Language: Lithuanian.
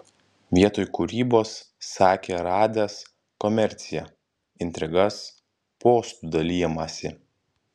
vietoj kūrybos sakė radęs komerciją intrigas postų dalijimąsi